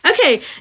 Okay